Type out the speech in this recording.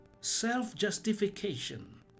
Self-justification